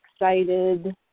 excited